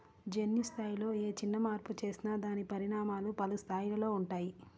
జన్యు స్థాయిలో ఏ చిన్న మార్పు చేసినా దాని పరిణామాలు పలు స్థాయిలలో ఉంటాయి